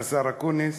השר אקוניס.